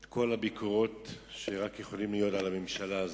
את כל הביקורות שיכולות להיות על הממשלה הזאת.